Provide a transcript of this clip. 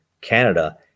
Canada